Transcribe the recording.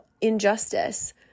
injustice